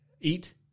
eat